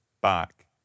back